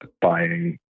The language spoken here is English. buying